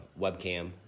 webcam